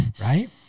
right